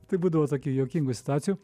tai būdavo tokių juokingų situacijų